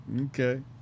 okay